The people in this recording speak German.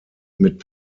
mit